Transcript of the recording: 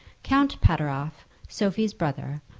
count pateroff, sophie's brother,